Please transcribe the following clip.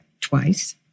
twice